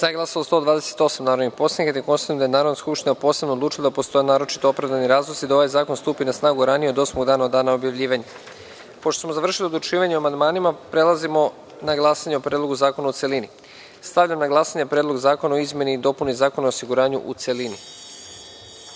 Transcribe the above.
prisutnih 137 narodnih poslanika. Konstatujem da je Narodna skupština posebno odlučila da postoje naročito opravdani razlozi da ovaj zakon stupi na snagu ranije od osmog dana od dana objavljivanja. Pošto smo završili odlučivanje o amandmanima, pristupamo glasanju o Predlogu zakona u celini. Stavljam na glasanje Predlog zakona o izmeni i dopuni Zakona o osiguranju, u celini. Molim